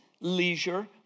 leisure